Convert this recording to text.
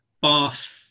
Bath